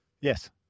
Yes